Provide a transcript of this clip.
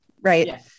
right